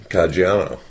Caggiano